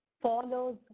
follows